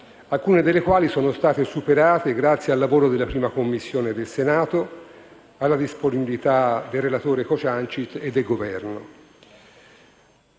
alcune delle quali sono state superate grazie al lavoro della 1a Commissione del Senato e alla disponibilità del relatore Cociancich e del Governo.